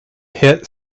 hit